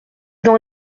dans